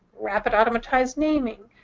rapid automatized naming,